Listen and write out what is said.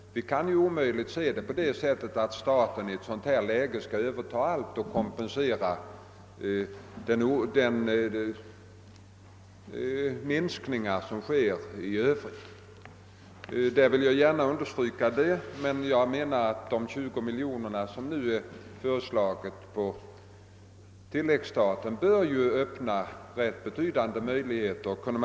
Vi kan nämligen omöjligen anse att staten i ett sådant läge skall kompensera den minskning som sker av lånen från kreditinstituten. Jag menar emellertid att de 20 miljoner kronor som nu har föreslagits på tilläggsstat bör öppna rätt betydande möjligheter därvidlag.